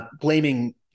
blaming